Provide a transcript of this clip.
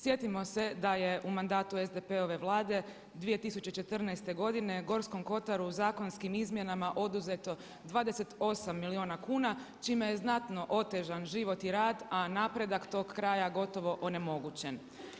Sjetimo se da je u mandatu SDP-ove vlade 2014. godine Gorskom kotaru zakonskim izmjenama oduzeto 28 milijuna kuna čime je znatno otežan život i rada, a napredak tog kraja gotovo onemogućen.